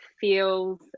feels